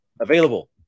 available